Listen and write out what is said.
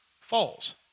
falls